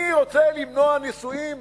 אני רוצה למנוע נישואים